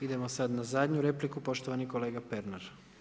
Idemo sad na zadnju repliku, poštovani kolega Pernar.